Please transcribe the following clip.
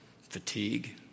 Fatigue